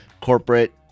corporate